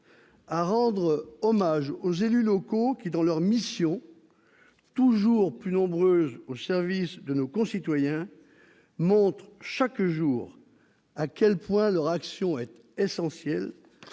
à rendre hommage aux élus locaux, qui, dans l'exercice de leurs missions toujours plus nombreuses au service de nos concitoyens, démontrent chaque jour à quel point leur action est essentielle,